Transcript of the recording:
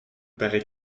parait